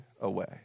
away